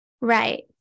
Right